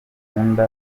bakunda